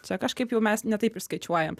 čia kažkaip jau mes ne taip išskaičiuojam